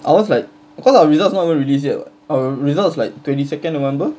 ours like cause our results not even released yet our results like twenty second november